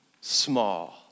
small